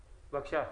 פתאל, בבקשה.